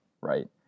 right